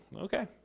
Okay